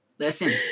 listen